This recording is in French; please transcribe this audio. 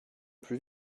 plus